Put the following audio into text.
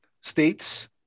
states